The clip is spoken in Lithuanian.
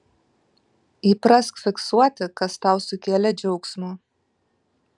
įprask fiksuoti kas tau sukėlė džiaugsmo